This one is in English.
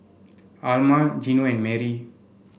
Alma Gino and Marie